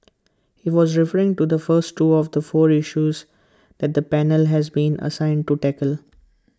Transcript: he was referring to the first two of four issues that the panel has been assigned to tackle